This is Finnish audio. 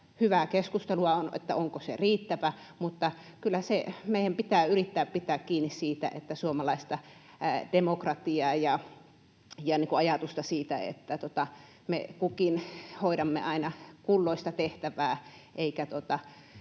Hyvää keskustelua on, onko se riittävä, mutta kyllä meidän pitää yrittää pitää kiinni suomalaisesta demokratiasta ja siitä ajatuksesta, että me kukin hoidamme aina kulloista tehtävää eikä